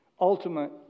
ultimate